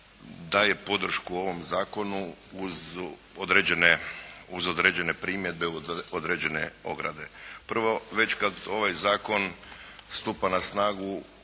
daje podršku ovom zakonu uz određene primjedbe, određene ograde. Prvo, već kad ovaj zakon stupa na snagu,